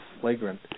flagrant